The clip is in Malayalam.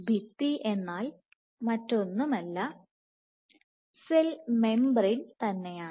ഭിത്തി എന്നാൽ മറ്റൊന്നുമല്ല സെൽ മെംബറേൻ തന്നെയാണ്